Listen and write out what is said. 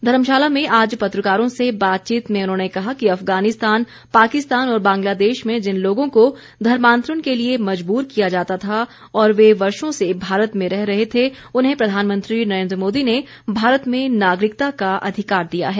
धर्मशाला में आज पत्रकारों से बातचीत में उन्होंने कहा कि अफगानिस्तान पाकिस्तान और बांग्लादेश में जिन लोगों को धर्मान्तरण के लिए मजबूर किया जाता था और वे वर्षों से भारत में रह रहे थे उन्हें प्रधानमंत्री नरेन्द्र मोदी ने भारत में नागरिकता का अधिकार दिया है